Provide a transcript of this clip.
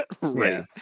Right